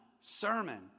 sermon